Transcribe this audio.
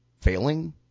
failing